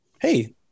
hey